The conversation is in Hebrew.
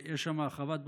יש שם חוות בודדים,